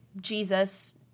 Jesus